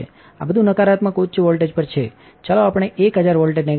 આ બધું નકારાત્મક ઉચ્ચ વોલ્ટેજ પર છે ચાલો આપણે1000 વોલ્ટ નેગેટિવકહીએ